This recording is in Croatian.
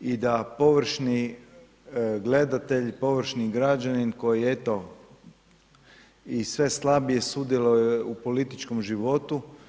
i da površni gledatelj, površni građanin, koji eto i sve slabije sudjeluje u političkom životu.